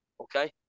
Okay